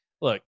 Look